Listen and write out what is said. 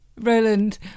Roland